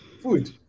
Food